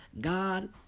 God